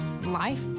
life